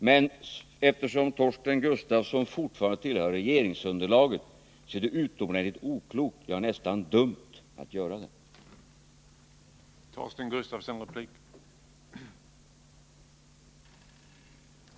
Men eftersom Torsten Gustafsson fortfarande tillhör regeringsunderlaget är det utomordentligt oklokt — ja, nästan dumt — att sköta relationerna så.